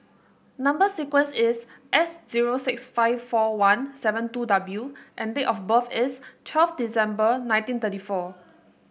number sequence is S zero six five four one seven two W and date of birth is twelve December nineteen thirty four